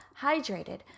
hydrated